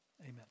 amen